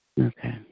Okay